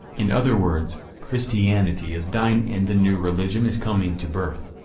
in other words, christianity is dying and the new religion is coming to birth.